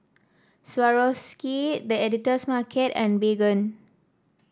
Swarovski The Editor's Market and Baygon